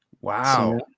Wow